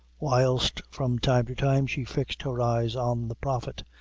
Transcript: whilst from time to time she fixed her eyes on the prophet,